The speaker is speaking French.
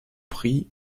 pris